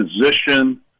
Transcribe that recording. position